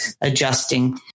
adjusting